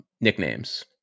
nicknames